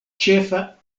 ĉefa